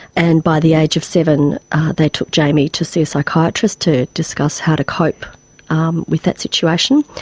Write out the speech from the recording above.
and by the age of seven they took jamie to see a psychiatrist to discuss how to cope um with that situation,